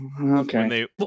okay